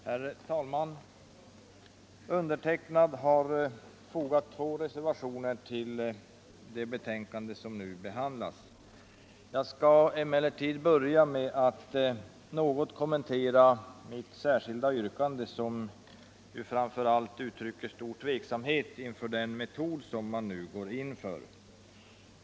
Herr talman! Det är fogat två reservationer till det betänkande som nu behandlas. Jag skall emellertid börja med att något kommentera mitt särskilda yttrande, som framför allt uttrycker stor tveksamhet inför den metod man går in för.